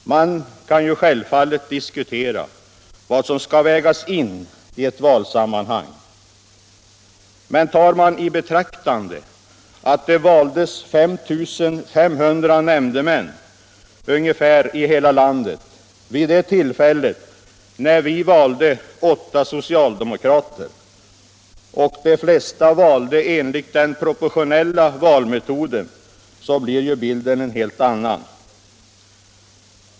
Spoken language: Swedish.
Man kan självfallet diskutera vad som skall läggas in i ett valsammanhang. Men tar man i betraktande att det valdes ungefär 5 500 nämndemän i hela landet vid det tillfälle när vi valde åtta socialdemokrater och att de flesta valdes enligt den proportionella valmetoden, så blir Ju bilden en helt annan.